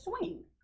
swing